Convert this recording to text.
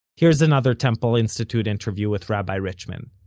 here's another temple institute interview with rabbi richman.